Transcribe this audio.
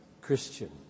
Christian